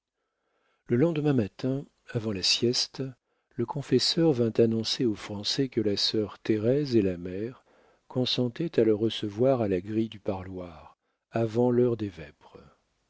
le lendemain matin avant la sieste le confesseur vint annoncer au français que la sœur thérèse et la mère consentaient à le recevoir à la grille du parloir avant l'heure des vêpres